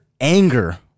anger